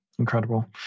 Incredible